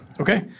Okay